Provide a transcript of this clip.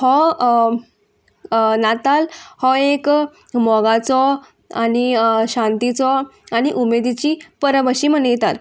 हो नाताल हो एक मोगाचो आनी शांतीचो आनी उमेदीची परब अशी मनयतात